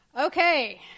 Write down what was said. Okay